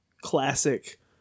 classic